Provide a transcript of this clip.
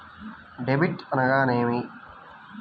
Debit అనగానేమి?